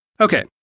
Okay